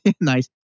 nice